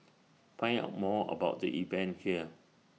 find out more about the event here